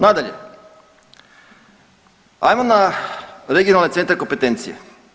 Nadalje, ajmo na regionalne centre kompetencije.